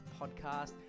Podcast